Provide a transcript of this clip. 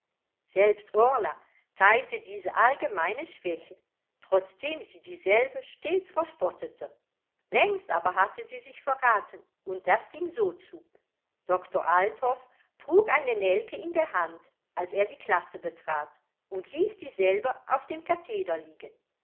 selbst orla teilte diese allgemeine schwäche trotzdem sie dieselbe stets verspottete längst aber hatte sie sich verraten und das ging so zu doktor althoff trug eine nelke in der hand als er die klasse betrat und ließ dieselbe auf dem katheder liegen